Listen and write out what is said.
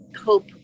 hope